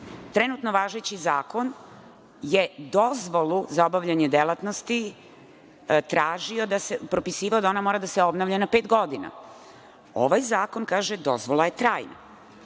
trenutno važeći zakon je za dozvolu za obavljanje delatnosti propisivao da mora da se obnavlja na pet godina. Ovaj zakon kaže – dozvola je trajna. Razumem